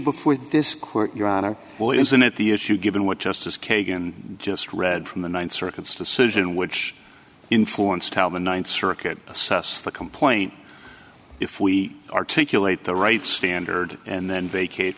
before this court your honor well isn't it the issue given what justice kagan just read from the th circuit's decision which influenced how the th circuit assessed the complaint if we articulate the right standard and then vacate